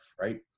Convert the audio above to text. right